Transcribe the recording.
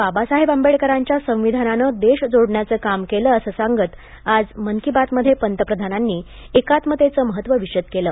बाबासाहेब आंबेडकरांच्या संविधानानं देश जोडण्याचं काम केलं असं सांगत आज मन की बात मध्ये पंतप्रधानांनी एकात्मतेचं महत्त्व विषद केलं